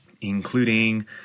Including